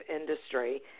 industry